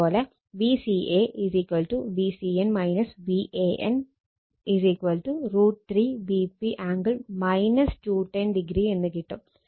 അതേ പോലെ Vca Vcn Van √3 Vp angle 210o എന്ന് കിട്ടും